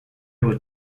was